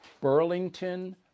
Burlington